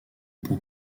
pour